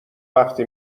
وقتی